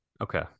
Okay